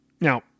Now